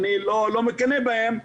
אני לא מקנא בהם,